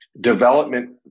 development